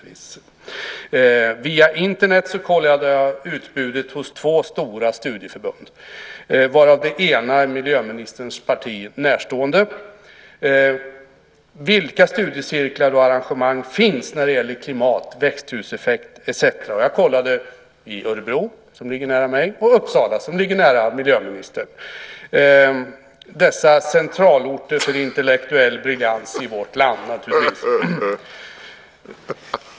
Via Internet kollade jag utbudet hos två stora studieförbund, av vilka det ena är miljöministerns parti närstående. Vilka studiecirklar och arrangemang finns det när det gäller klimat, växthuseffekt etcetera? Jag har kollat i Örebro som ligger nära mig, och i Uppsala som ligger nära miljöministern - dessa centralorter för intellektuell briljans i vårt land.